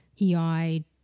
EI